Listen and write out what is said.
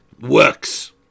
works